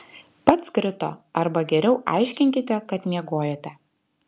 pats krito arba geriau aiškinkite kad miegojote